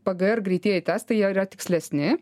pgr greitieji testai jie yra tikslesni